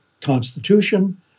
Constitution